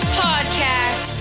podcast